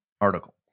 article